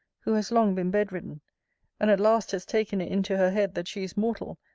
who has long been bed-ridden and at last has taken it into her head that she is mortal,